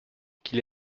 qu’il